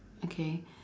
okay